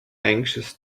anxious